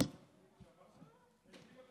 קודם כול,